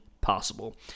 possible